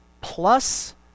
plus